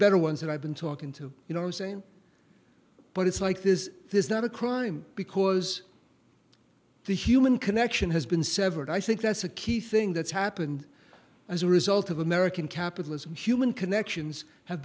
better ones that i've been talking to you know saying but it's like this is not a crime because the human connection has been severed i think that's a key thing that's happened as a result of american capitalism human connections have